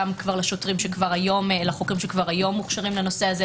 גם לחוקרים שכבר היום מוכשרים לכך,